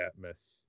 Atmos